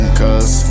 cause